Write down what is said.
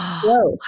close